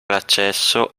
l’accesso